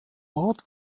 ort